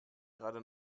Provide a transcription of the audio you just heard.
gerade